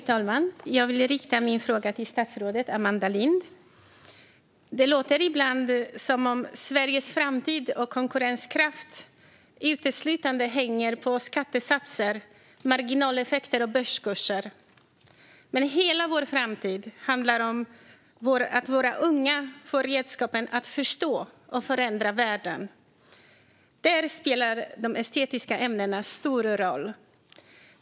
Fru talman! Jag vill rikta min fråga till statsrådet Amanda Lind. Det låter ibland som att Sveriges framtid och konkurrenskraft uteslutande hänger på skattesatser, marginaleffekter och börskurser. Hela vår framtid handlar om att våra unga får redskapen att förstå och förändra världen. Där spelar de estetiska ämnena stor roll.